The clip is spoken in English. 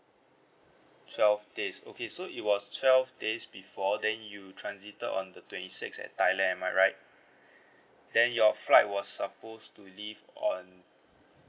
twelve days okay so it was twelve days before then you transited on the twenty six at thailand am I right then your flight was suppose to leave on